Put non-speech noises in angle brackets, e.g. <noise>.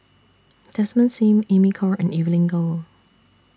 <noise> Desmond SIM Amy Khor and Evelyn Goh